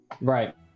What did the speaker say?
right